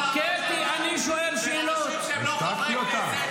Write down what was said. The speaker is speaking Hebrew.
ואנשים שהם לא חברי כנסת צועקים --- השתקתי אותה.